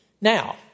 Now